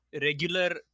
regular